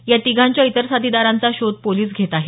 या तिघांच्या इतर साथीदारांचा शोध पोलिस घेत आहेत